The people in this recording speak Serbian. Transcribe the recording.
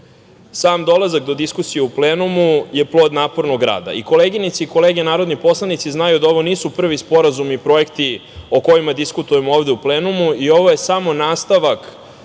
Sam dolazak do diskusije u plenumu je plod napornog rada. Koleginice i kolege narodni poslanici znaju da ovo nisu prvi sporazumi i projekti o kojima diskutujemo ovde u plenumu, ovo je samo nastavak